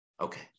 Okay